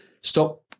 stop